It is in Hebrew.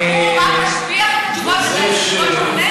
אין, תשמע, הוא רק משביח את התשובות שהוא עונה.